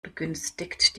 begünstigt